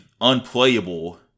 unplayable